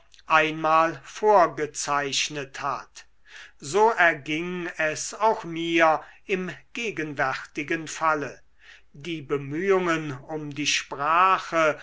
einmal vorgezeichnet hat so erging es auch mir im gegenwärtigen falle die bemühungen um die sprache